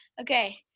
Okay